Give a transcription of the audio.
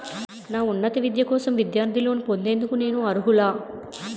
నా ఉన్నత విద్య కోసం విద్యార్థి లోన్ పొందేందుకు నేను అర్హులా?